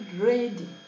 ready